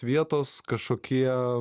vietos kažkokie